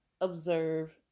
observe